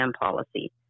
policy